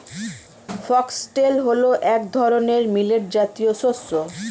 foxtail হল এক ধরনের মিলেট জাতীয় শস্য